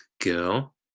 girl